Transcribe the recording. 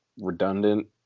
redundant